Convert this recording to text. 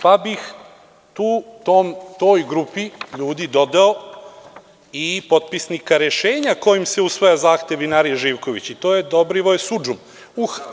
Pa bih toj grupi ljudi dodao i potpisnika rešenja kojim se usvaja zahtev „Vinarije Živković“, i to je Dobrivoje Sudžum.